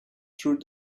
through